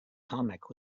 comic